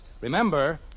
Remember